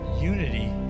unity